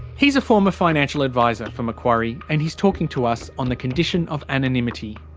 he's a former financial adviser for macquarie, and he's talking to us on the condition of anonymity.